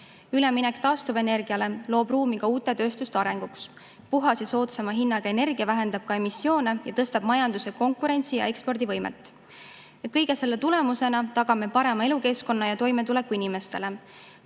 Üleminek taastuvenergiale loob ruumi ka uute tööstuste arenguks. Puhas ja soodsama hinnaga energia vähendab ka emissioone ning tõstab majanduse konkurentsi- ja ekspordivõimet. Kõige selle tulemusena tagame parema elukeskkonna ja toimetuleku inimestele.